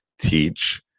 teach